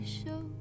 show